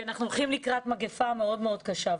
אנחנו הולכים לקראת מגפה מאוד מאוד קשה,